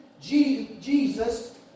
Jesus